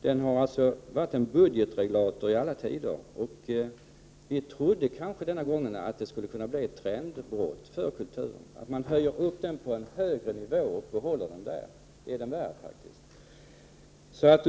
Den har varit en budgetregulator i alla tider, och vi trodde att det denna gång skulle kunna bli ett trendbrott för kulturen, så att den sätts upp på en högre nivå och hålls kvar där — det är den värd.